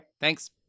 Thanks